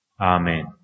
Amen